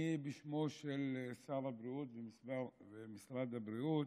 אני משיב בשמו של שר הבריאות ומשרד הבריאות.